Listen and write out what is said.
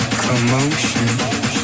commotion